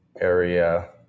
area